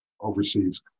overseas